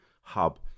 hub